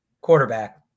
quarterback